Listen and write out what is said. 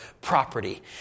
property